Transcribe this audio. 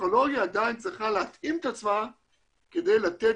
הטכנולוגיה עדיין צריכה להתאים את עצמה כדי לתת